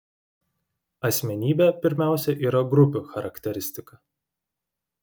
asmenybė pirmiausia yra grupių charakteristika